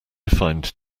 find